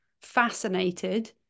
fascinated